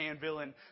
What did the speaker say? villain